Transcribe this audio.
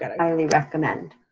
i highly recommend.